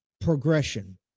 progression